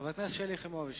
חברת הכנסת שלי יחימוביץ.